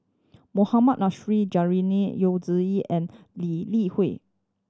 Mohammad Juraini Yu and Lee Li Hui